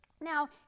Now